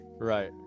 Right